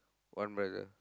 one brother